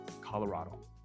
Colorado